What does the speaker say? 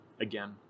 again